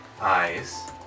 eyes